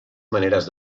maneres